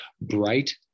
bright